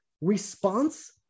response